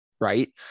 right